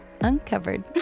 uncovered